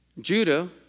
Judah